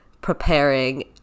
preparing